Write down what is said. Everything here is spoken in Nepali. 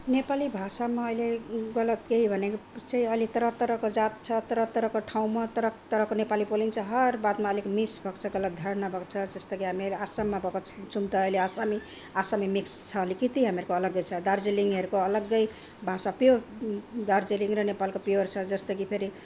नेपाली भाषामा अहिले गलत केही भनेको चाहिँ अहिले तरह तरहको जात छ तरह तरहको ठाउँमा तरह तरहको नेपाली बोलिन्छ हर बातमा अलिक मिस भाकोछ भको जस्तो कि हामेरू आसाममा भाको छुम त ऐले आस्सामी आसामी मिक्स छ अलिकति हामीर्को अलग्गै छ दार्जिलिङहेर्को अलग्गै भाषा पियोर दार्जिलिङ र नेपालको पियोर छ जस्तो कि फेरि